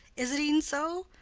is it e'en so?